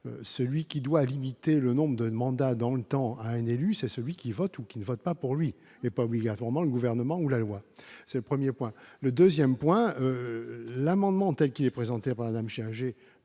celui qui doit limiter le nombre de mandats dans le temps, un élu, c'est celui qui vote ou qui ne votent pas pour lui mais pas obligatoirement le gouvernement ou la loi, c'est le 1er point le 2ème point l'amendement, il est présenté par Madame chien